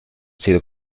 sido